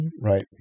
Right